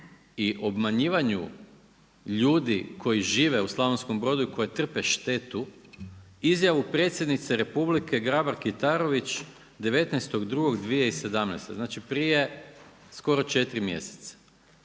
i obmanjivanju ljudi koji žive u Slavonskom Brodu i koji trpe štetu. Izjavu predsjednice Republike Grabar Kitarović 19.2.2017. znači prije skoro 4 mjeseca.